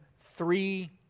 three